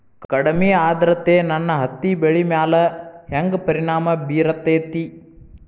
ಕಡಮಿ ಆದ್ರತೆ ನನ್ನ ಹತ್ತಿ ಬೆಳಿ ಮ್ಯಾಲ್ ಹೆಂಗ್ ಪರಿಣಾಮ ಬಿರತೇತಿ?